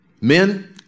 Men